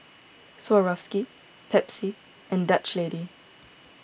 Swarovski Pepsi and Dutch Lady